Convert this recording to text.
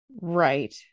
Right